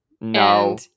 no